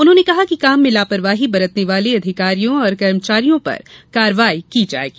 उन्होंने कहा कि काम में लापरवाही बरतने वाले अधिकारियों और कर्मचारियों पर कार्यवाही की जायेगी